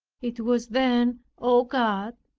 it was then, o god,